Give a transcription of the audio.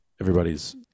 Everybody's –